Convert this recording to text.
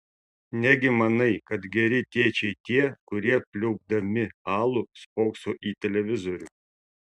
negi manai kad geri tėčiai tie kurie pliaupdami alų spokso į televizorių